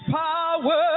power